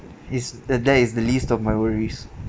it's that that is the least of my worries